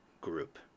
group